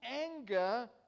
anger